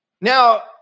Now